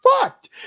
fucked